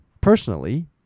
personally